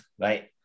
Right